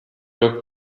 yok